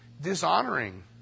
dishonoring